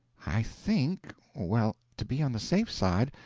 i think well, to be on the safe side,